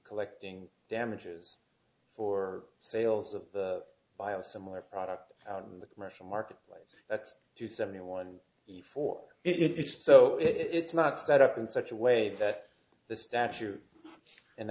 collecting damages for sales of bio similar products out in the commercial marketplace that's to seventy one before if so it's not set up in such a way that the statue and